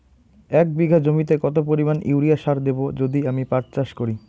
এক বিঘা জমিতে কত পরিমান ইউরিয়া সার দেব যদি আমি পাট চাষ করি?